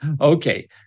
Okay